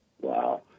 Wow